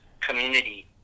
community